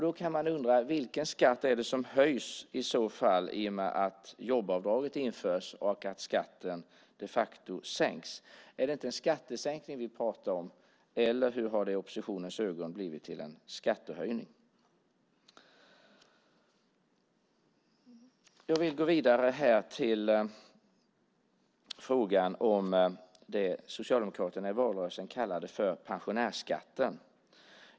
Då kan man undra: Vilken skatt är det som i så fall höjs i och med att jobbavdraget införs och att skatten de facto sänks? Är det inte en skattesänkning vi pratar om? Eller hur har det i oppositionens ögon blivit till en skattehöjning? Jag vill här gå vidare till frågan om det Socialdemokraterna i valrörelsen kallade pensionärsskatten.